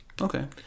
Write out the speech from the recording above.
okay